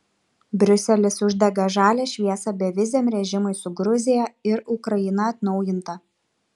briuselis uždega žalią šviesą beviziam režimui su gruzija ir ukraina atnaujinta